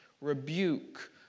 rebuke